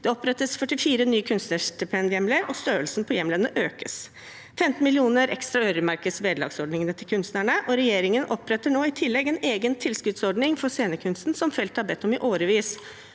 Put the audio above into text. Det opprettes 44 nye kunstnerstipendhjemler, og størrelsen på hjemlene økes. 15 mill. kr ekstra øremerkes vederlagsordningen til kunstnerne, og regjeringen oppretter nå i tillegg en egen tilskuddsordning for scenekunsten som feltet har bedt om i årevis.